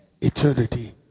eternity